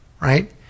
Right